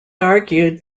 argued